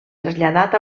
traslladat